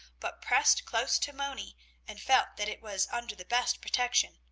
but pressed close to moni and felt that it was under the best protection,